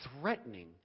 threatening